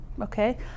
okay